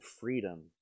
freedom